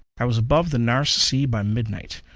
i was above the nares sea, by midnight.